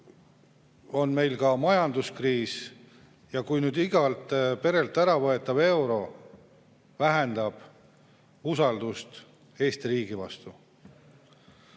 on meil ka majanduskriis ja iga perelt ära võetav euro vähendab usaldust Eesti riigi vastu.